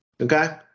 okay